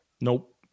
Nope